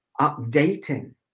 updating